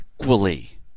equally